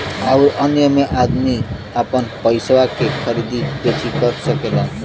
अउर अन्य मे अदमी आपन पइसवा के खरीदी बेची कर सकेला